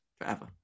forever